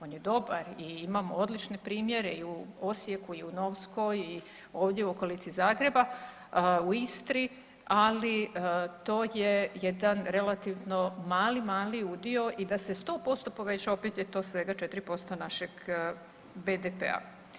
On je dobar i imamo odlične primjere i u Osijeku i u Novskoj i ovdje u okolici Zagreba, u Istri, ali to je jedan relativno mali, mali udio i da se 100% poveća, opet je to svega 4% našeg BDP-a.